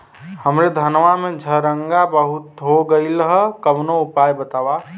हमरे धनवा में झंरगा बहुत हो गईलह कवनो उपाय बतावा?